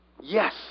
Yes